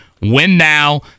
win-now